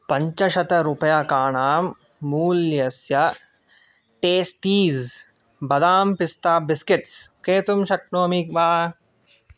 पञ्चशतरूप्यकाणां मूल्यस्य टेस्टीस् बदाम् पिस्ता बिस्केट्स् क्रेतुं शक्नोमि वा